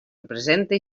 represente